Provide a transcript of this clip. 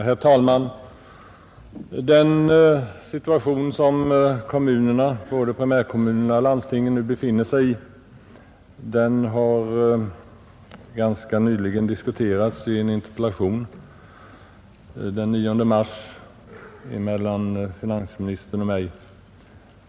Herr talman! Den situation som kommunerna — både primärkommunerna och landstingen — nu befinner sig i har diskuterats i en interpellationsdebatt den 9 mars mellan finansministern och mig.